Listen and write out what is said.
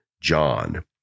John